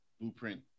Blueprint